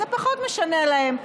זה פחות משנה להם.